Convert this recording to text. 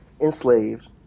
enslaved